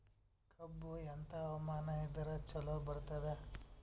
ಕಬ್ಬು ಎಂಥಾ ಹವಾಮಾನ ಇದರ ಚಲೋ ಬರತ್ತಾದ?